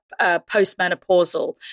postmenopausal